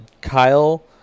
Kyle